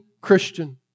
Christian